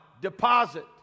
deposit